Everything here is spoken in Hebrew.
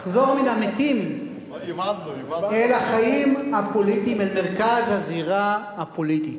אל החיים הפוליטיים, אל מרכז הזירה הפוליטית.